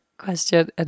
question